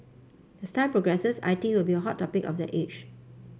as time progresses I T will be a hot topic of that age